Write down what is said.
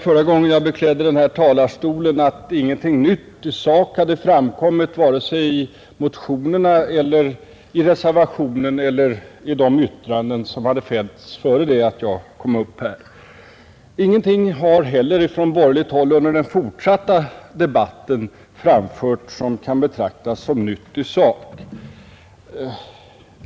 Förra gången jag beklädde denna talarstol tillät jag mig säga att - ingenting nytt i sak hade framkommit vare sig i motionerna, i reservationen eller i de yttranden som hade fällts före mitt anförande. Ingenting har heller från borgerligt håll under den fortsatta debatten framförts som kan betraktas såsom nytt i sak.